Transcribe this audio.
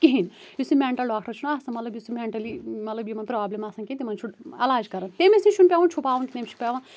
کِہِنۍ یُس یہِ مٮ۪نٛٹَل ڈاکٹر چھُ نا آسان مَطلَب یُس یہِ مٮ۪نٛٹٕلی مطلَب یِمن پرٛابلم آسان کیٚنٛہہ تِمن چھُ عٮلاج کَران تٔمِس نِش چھُ نہٕ پٮ۪وان چھپاوُن تٔمِس چھُ پٮ۪وان